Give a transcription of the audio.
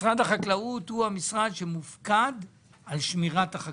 משרד החקלאות הוא המשרד שמופקד על שמירת החקלאות,